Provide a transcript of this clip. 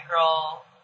Girl